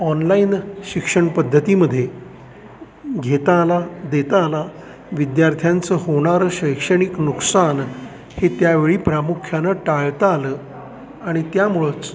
online शिक्षण पद्धतीमध्ये घेता आला देता आला विद्यार्थ्यांचं होणारं शैक्षणिक नुकसान हे त्यावेळी प्रामुख्यानं टाळता आलं आणि त्यामुळंच